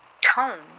tone